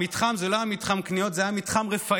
המתחם לא היה מתחם קניות, זה היה מתחם רפאים,